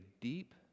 deep